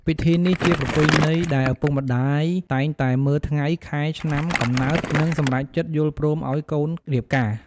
ពិធីនេះជាប្រពែណីដែលឪពុកម្តាយតែងតែមើលថ្ងែ ខែ ឆ្នាំ កំំណើតនិងសម្រេចចិត្តយល់ព្រមអោយកូនរៀបការ។